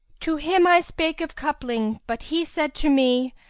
to him i spake of coupling, but he said to me,